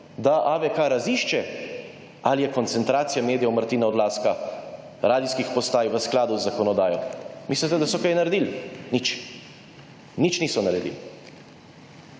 da AVK razišče, ali je koncentracija medijev Martina Odlazka, radijskih postaj, v skladu z zakonodajo. Mislite, da so kaj naredili? Nič! Nič niso naredili.